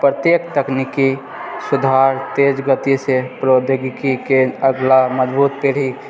प्रत्येक तकनीकी सुधार तेज गतिसँ प्रौद्योगिकीके अगिला मजबूत पीढ़ी